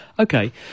Okay